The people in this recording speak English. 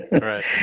Right